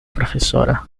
profesora